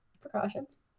Precautions